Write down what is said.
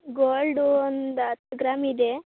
gold ಒಂದು ಹತ್ತು gram ಇದೆ